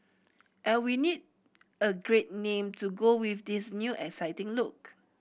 and we need a great name to go with this new exciting look